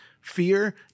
fear